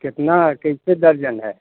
कितना कैसे दर्जन है